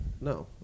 No